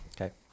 Okay